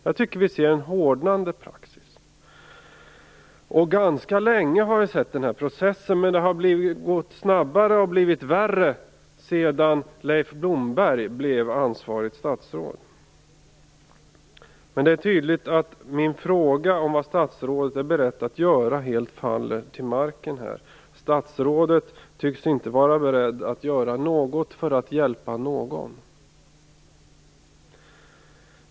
Jag tycker att vi ser en hårdnande praxis. Ganska länge har vi sett den här processen. Men det har gått snabbare och blivit värre sedan Leif Blomberg blev ansvarigt statsråd. Det är tydligt att min fråga om vad statsrådet är beredd att göra helt faller till marken. Statsrådet tycks inte vara beredd att göra något för att hjälpa någon.